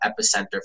epicenter